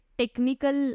technical